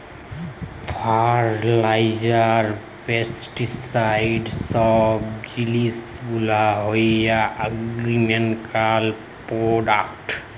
fertiliser, pesticide সব জিলিস গুলা হ্যয় আগ্রকেমিকাল প্রোডাক্ট